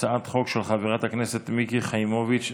הצעת חוק של חברת הכנסת מיקי חיימוביץ'.